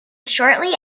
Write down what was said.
shortly